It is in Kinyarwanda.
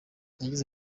yagize